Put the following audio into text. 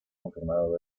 confirmado